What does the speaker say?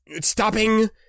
stopping